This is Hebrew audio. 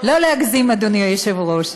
לא להגזים, אדוני היושב-ראש.